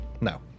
No